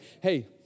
hey